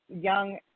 young